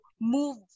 move